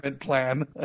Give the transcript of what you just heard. plan